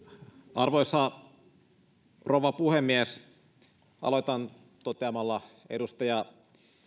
arvoisa rouva puhemies aloitan toteamalla edustaja